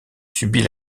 subit